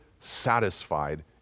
satisfied